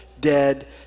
dead